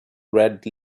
red